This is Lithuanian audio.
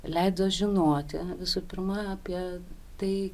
leido žinoti visų pirma apie tai